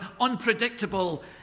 unpredictable